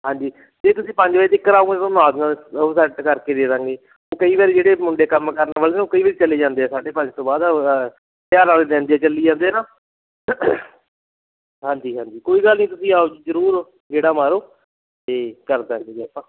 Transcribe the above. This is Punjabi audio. ਹਾਂਜੀ ਜੇ ਤੁਸੀਂ ਪੰਜ ਵਜੇ ਤੀਕਰ ਆਓ ਤਾਂ ਓਦੋਂ ਨਾਲ ਦੀ ਨਾਲ ਉਦੋਂ ਸੈਟ ਕਰਕੇ ਦੇ ਦੇਵਾਂਗੇ ਕਈ ਵਾਰੀ ਜਿਹੜੇ ਮੁੰਡੇ ਕੰਮ ਕਰਨ ਵਾਲੇ ਨਾ ਉਹ ਕਈ ਵਾਰ ਚਲੇ ਜਾਂਦੇ ਆ ਸਾਢੇ ਪੰਜ ਤੋਂ ਬਾਅਦ ਤਿਉਹਾਰ ਵਾਲੇ ਦਿਨ ਚੱਲੀ ਜਾਂਦੇ ਨਾ ਹਾਂਜੀ ਹਾਂਜੀ ਕੋਈ ਗਲ ਨਹੀਂ ਤੁਸੀਂ ਆਓ ਜੀ ਜ਼ਰੂਰ ਗੇੜਾ ਮਾਰੋ ਅਤੇ ਕਰ ਦੇਵਾਂਗੇ ਜੀ ਆਪਾਂ